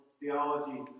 theology